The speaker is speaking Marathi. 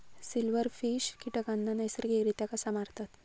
सिल्व्हरफिश कीटकांना नैसर्गिकरित्या कसा मारतत?